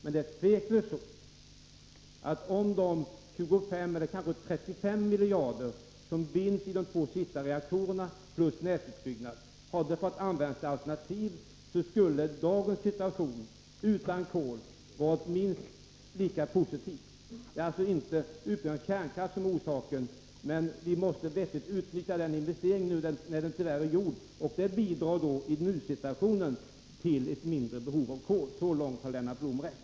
Men det är tveklöst så att om de 25 eller kanske 35 miljarder som binds i de två sista reaktorerna och nätutbyggnaden hade fått användas till alternativ, skulle dagens situation utan kol varit minst lika positiv. Det är alltså inte utbyggnaden av kärnkraften som är orsaken. Men vi måste faktiskt utnyttja denna investering, när den tyvärr nu är gjord. Den bidrar i nuläget till ett minskat behov av kol. Så långt har Lennart Blom rätt.